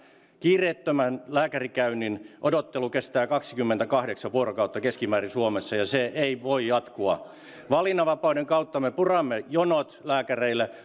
kiireettömän lääkärikäynnin odottelu kestää kaksikymmentäkahdeksan vuorokautta keskimäärin suomessa ja se ei voi jatkua valinnanvapauden kautta me puramme jonot lääkäreille